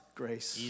grace